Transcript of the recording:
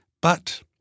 But